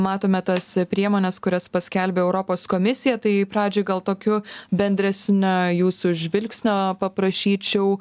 matome tas priemones kurias paskelbė europos komisija tai pradžiai gal tokiu bendresnio jūsų žvilgsnio paprašyčiau